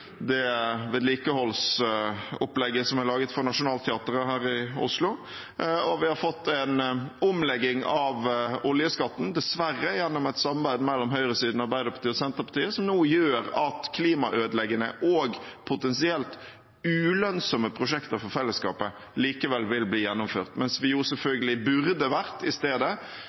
det vedlikeholdsopplegget som er laget for Nationaltheatret her i Oslo. Vi har fått en omlegging av oljeskatten, dessverre gjennom et samarbeid mellom høyresiden og Arbeiderpartiet og Senterpartiet, som nå gjør at klimaødeleggende og potensielt ulønnsomme prosjekter for fellesskapet likevel vil bli gjennomført, mens vi selvfølgelig i stedet burde være kommet langt lenger i